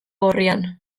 gorrian